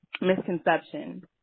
misconception